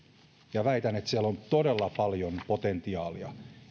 väitän että siellä on todella paljon potentiaalia